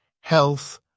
health